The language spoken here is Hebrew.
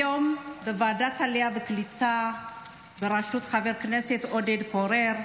היום בוועדת העלייה והקליטה בראשות חבר הכנסת עודד פורר,